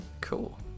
Cool